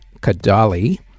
Kadali